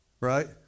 Right